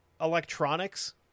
electronics